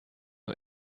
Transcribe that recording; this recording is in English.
you